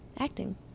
acting